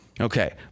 Okay